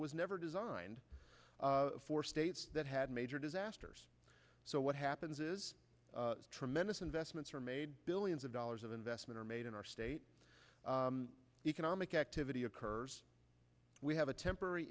was never designed for states that had major disasters so what happens is tremendous investments are made billions of dollars of investment are made in our state economic activity occurs we have a temporary